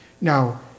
Now